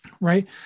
Right